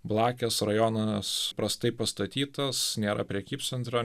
blakės rajonas prastai pastatytas nėra prekybcentrio